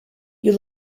you